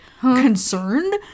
concerned